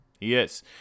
Yes